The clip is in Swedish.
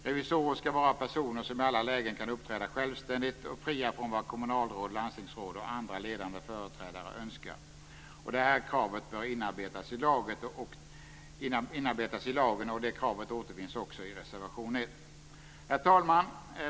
Revisorer skall vara personer som i alla lägen kan uppträda självständigt och fria från vad kommunalråd, landstingsråd och andra ledande företrädare önskar. Detta krav bör inarbetas i lagen. Det kravet återfinns också i reservation 1. Herr talman!